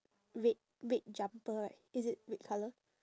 red red jumper right is it red colour